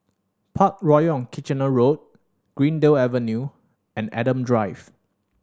Parkroyal on Kitchener Road Greendale Avenue and Adam Drive